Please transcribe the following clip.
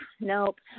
nope